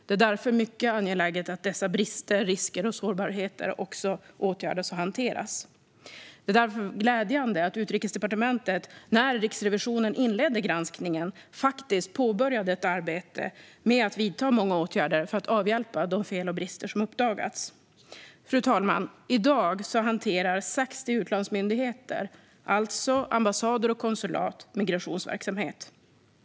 Det är därför mycket angeläget att dessa brister, risker och sårbarheter åtgärdas och hanteras. Det är därför glädjande att Utrikesdepartementet när Riksrevisionen inledde granskningen faktiskt påbörjade ett arbete med att vidta många åtgärder för att avhjälpa de fel och brister som uppdagats. Fru talman! I dag hanterar 60 utlandsmyndigheter, alltså ambassader och konsulat, migrationsverksamhet.